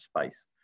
space